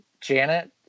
Janet